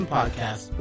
Podcast